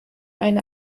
eine